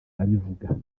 abivuga